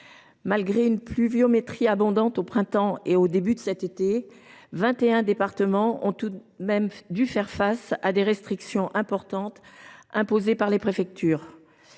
malgré une pluviométrie abondante au printemps et au début de l’été dernier, vingt et un départements ont tout de même dû faire face à des restrictions importantes imposées par les préfectures.